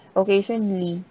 occasionally